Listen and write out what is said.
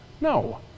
No